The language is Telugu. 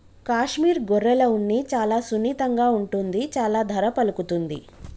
కాశ్మీర్ గొర్రెల ఉన్ని చాలా సున్నితంగా ఉంటుంది చాలా ధర పలుకుతుంది